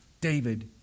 David